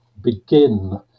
begin